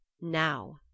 Now